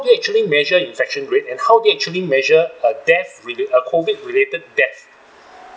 they actually measure infection rate and how they actually measure a death relate a COVID-related death